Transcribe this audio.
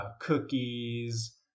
cookies